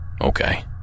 Okay